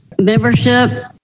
Membership